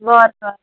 وارٕکار